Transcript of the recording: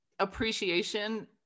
appreciation